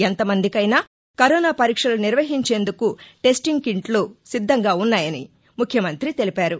ఎంతమందికైనా corona పరీక్షలు నిర్వహించేందుకు testing కిట్లు సిద్ధంగా ఉన్నాయని తెలిపారు